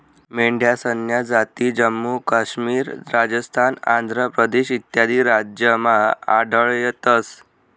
मेंढ्यासन्या जाती जम्मू काश्मीर, राजस्थान, आंध्र प्रदेश इत्यादी राज्यमा आढयतंस